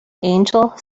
angel